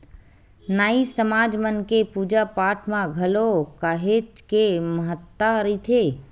नाई समाज मन के पूजा पाठ म घलो काहेच के महत्ता रहिथे